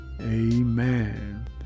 Amen